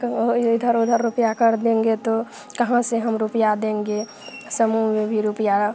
यह इधर उधर रुपया कर देंगे तो कहाँ से हम रुपया देंगे समूह में भी रुपया